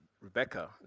Rebecca